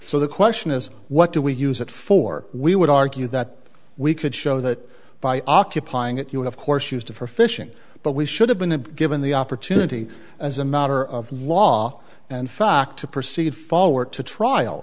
so the question is what do we use it for we would argue that we could show that by occupying it you would of course used for fishing but we should have been given the opportunity as a matter of law and fact to proceed forward to trial